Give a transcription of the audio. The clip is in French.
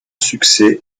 succès